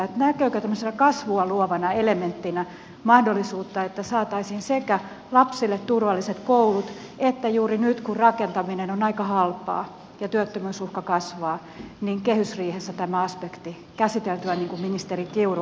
näkyykö tämmöisenä kasvua luovana elementtinä mahdollisuutta että saataisiin sekä lapsille turvalliset koulut että juuri nyt kun rakentaminen on aika halpaa ja työttömyysuhka kasvaa kehysriihessä tämä aspekti käsiteltyä niin kuin ministeri kiuru äsken esitti